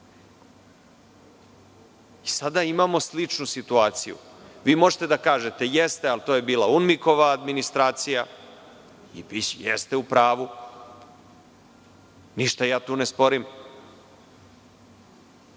imamo sličnu situaciju. Vi možete da kažete – jeste, ali to je bila UNMIK administracija i jeste u pravu. Ništa ja tu ne sporim,